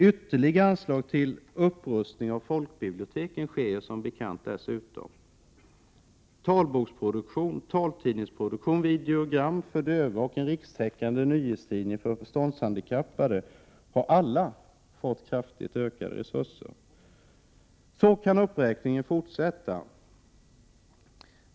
Ytterligare anslag till upprustning av folkbiblioteken sker som bekant dessutom. Talboksproduktionen, taltidningsproduktionen, videogram för döva och en rikstäckande nyhetstidning för förståndshandikappade har fått kraftigt utökade resurser. Så kan uppräkningen fortsätta.